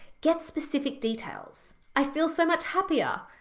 get specific details. i feel so much happier.